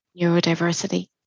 neurodiversity